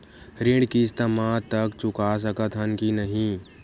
ऋण किस्त मा तक चुका सकत हन कि नहीं?